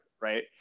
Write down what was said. right